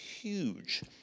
huge